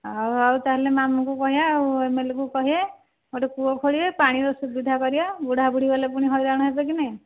ହଉ ତା' ହେଲେ ମାମୁଁଙ୍କୁ କହିବା ଆଉ ଏମ୍ଏଲ୍ଏକୁ କହିବେ ଗୋଟିଏ କୂଅ ଖୋଳିବେ ପାଣିର ସୁବିଧା କରିବା ବୁଢ଼ା ବୁଢ଼ୀ ଗଲେ ପୁଣି ହଇରାଣ ହେବେ କି ନାହିଁ